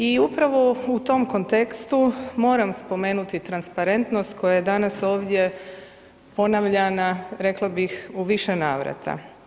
I upravo u tom kontekstu moram spomenuti transparentnost koja je danas ovdje ponavljana, rekla bih, u više navrata.